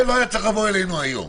זה לא היה צריך לבוא אלינו היום.